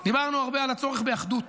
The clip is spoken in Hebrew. דיברנו הרבה על הצורך באחדות